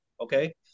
okay